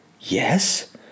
Yes